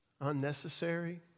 unnecessary